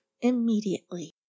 immediately